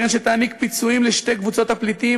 קרן שתעניק פיצויים לשתי קבוצות הפליטים,